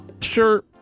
Sure